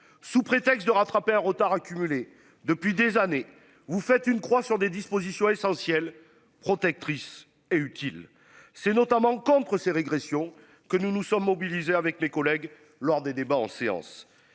Sous prétexte de rattraper un retard accumulé depuis des années, vous faites une croix sur des dispositions essentielles protectrice et utile. C'est notamment contre ces régressions que nous nous sommes mobilisés avec les collègues lors des débats en séance.